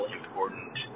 important